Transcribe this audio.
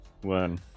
one